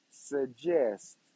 suggest